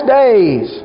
days